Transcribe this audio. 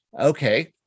Okay